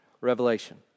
revelation